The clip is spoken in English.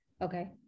Okay